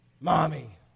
Mommy